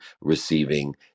receiving